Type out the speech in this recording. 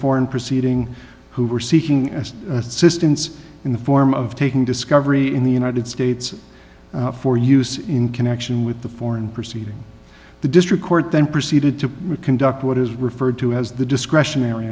foreign proceeding who were seeking as assistant in the form of taking discovery in the united states for use in connection with the foreign proceeding the district court then proceeded to conduct what is referred to as the discretionary